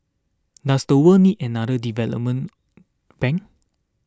does the world need another development bank